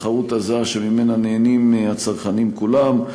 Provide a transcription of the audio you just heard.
התחרות הזו שממנה נהנים השחקנים כולם.